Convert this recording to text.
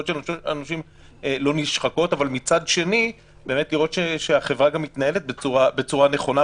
אבל מצד שני באמת לראות שהחברה מתנהלת בצורה נכונה,